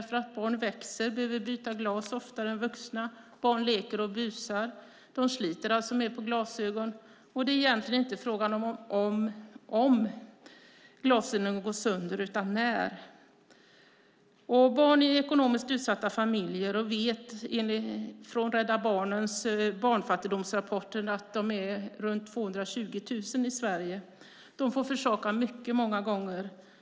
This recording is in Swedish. Barn växer och behöver byta glas oftare än vuxna. Barn leker och busar. De sliter alltså mer på glasögonen. Det gäller egentligen inte om glasögon går sönder utan när . Från Rädda Barnens fattigdomsrapporter vet vi att antalet barn i ekonomiskt utsatta familjer är runt 220 000 i Sverige. De får många gånger försaka mycket.